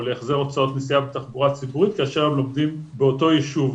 להחזר הוצאות נסיעה בתחבורה ציבורית כאשר הם לומדים באותו יישוב